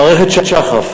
מערכת שח"ף